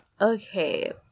Okay